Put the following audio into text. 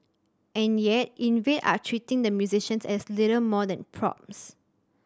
and yet Invade are treating the musicians as little more than props